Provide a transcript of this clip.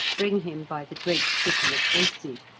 bring him by the great city of aisi,